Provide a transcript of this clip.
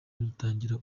rutangira